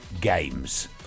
games